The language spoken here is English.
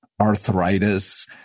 arthritis